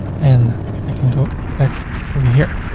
and i can go back over here.